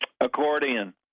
accordion